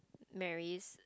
marries